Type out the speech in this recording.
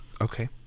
okay